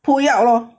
不要咯